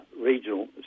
regional